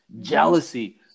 Jealousy